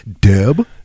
Deb